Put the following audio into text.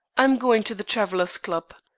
am going to the travellers' club.